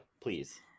please